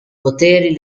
poteri